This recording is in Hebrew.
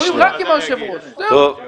מדברים רק עם היושב ראש, זהו.